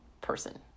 person